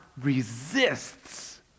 resists